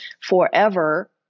forever